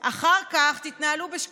ואחר כך תתנהלו בשקיפות.